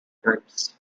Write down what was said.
groups